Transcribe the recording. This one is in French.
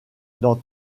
dans